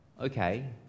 Okay